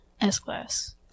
S-class